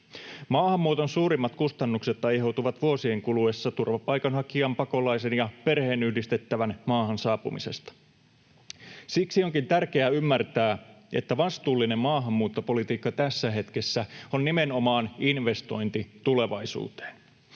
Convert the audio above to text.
Maahanmuuton suurimmat kustannukset aiheutuvat vuosien kuluessa turvapaikanhakijan, pakolaisen ja perheeseen yhdistettävän maahan saapumisesta. Siksi onkin tärkeää ymmärtää, että vastuullinen maahanmuuttopolitiikka tässä hetkessä on nimenomaan investointi tulevaisuuteen.